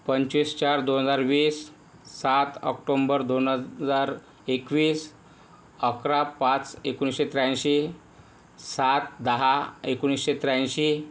पंचवीस चार दोन हजार वीस सात ऑक्टोंबर दोन हजार एकवीस अकरा पाच एकोणीसशे त्र्याऐंशी सात दहा एकोणीसशे त्र्याऐंशी